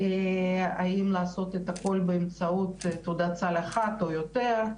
האם לעשות את הכל באמצעות תעודת סל אחת או יותר,